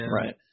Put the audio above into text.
Right